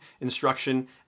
instruction